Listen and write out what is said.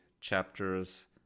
chapters